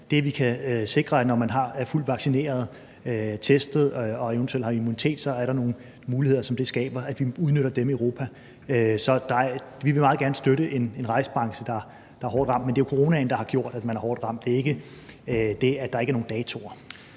coronapas. Når man er fuldt vaccineret, testet og eventuelt har immunitet, skaber det nogle muligheder i Europa, og det, vi kan sikre, er, at vi udnytter dem. Så vi vil meget gerne støtte en rejsebranche, der er hårdt ramt, men det er jo coronaen, der har gjort, at man er hårdt ramt. Det er ikke det, at der ikke er nogen datoer.